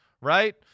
right